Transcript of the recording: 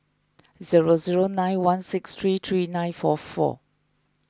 zero zero nine one six three three nine four four